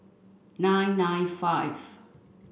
nine nine five